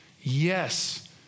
Yes